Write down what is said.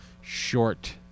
short